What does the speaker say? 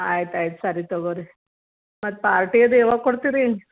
ಆಯ್ತು ಆಯ್ತು ಸರಿ ತಗೋರಿ ಮತ್ತು ಪಾರ್ಟಿ ಇದೆ ಯಾವಾಗ ಕೊಡ್ತೀರಿ